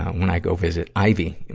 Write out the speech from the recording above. when i go visit ivy,